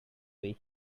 way